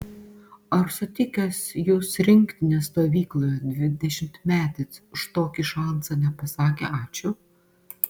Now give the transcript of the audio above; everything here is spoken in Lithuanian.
ar sutikęs jus rinktinės stovykloje dvidešimtmetis už tokį šansą nepasakė ačiū